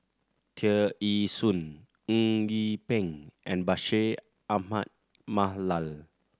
Tear Ee Soon Eng Yee Peng and Bashir Ahmad Mallal